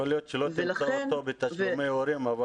יכול להיות שלא תמצא אותו בתשלומי הורים אבל